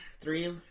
three